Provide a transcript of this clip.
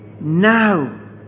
now